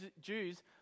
Jews